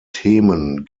themen